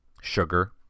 sugar